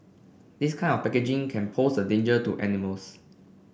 this kind of packaging can pose a danger to animals